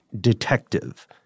detective